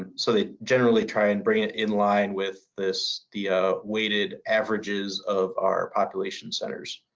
and so, they generally try and bring it in line with this, the ah weighted averages of our population centers.